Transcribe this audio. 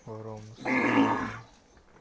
ᱜᱚᱨᱚᱢ ᱥᱚᱢᱚᱭ